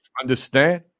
understand